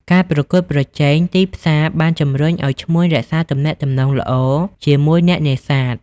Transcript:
ការប្រកួតប្រជែង ទីផ្សារបានជម្រុញឱ្យឈ្មួញរក្សាទំនាក់ទំនងល្អជាមួយអ្នកនេសាទ។